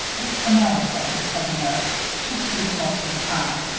it's the medicine, said the nurse. she sleeps most of the time.